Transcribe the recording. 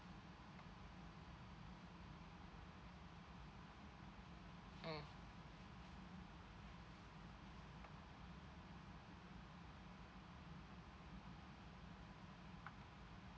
mm